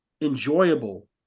enjoyable